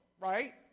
right